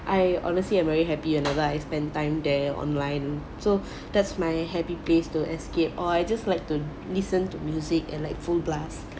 I honestly I'm very happy whenever I spend time there online so that's my happy place to escape or I just like to listen to music and like full blast